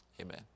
Amen